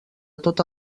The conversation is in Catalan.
tota